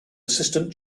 assistant